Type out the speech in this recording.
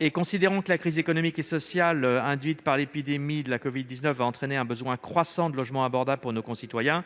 et que la crise économique et sociale induite par l'épidémie de covid-19 va entraîner un besoin croissant de logements abordables pour nos concitoyens,